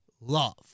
love